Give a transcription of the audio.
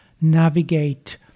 navigate